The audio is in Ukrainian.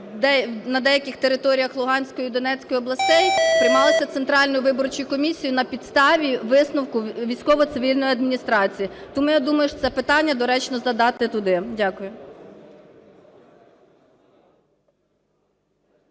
на деяких територіях Луганської і Донецької областей приймалися Центральною виборчою комісією на підставі висновку військово-цивільної адміністрації. Тому я думаю, що це питання доречно задати туди. Дякую.